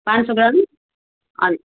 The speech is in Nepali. पाँच सय ग्राम